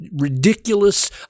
ridiculous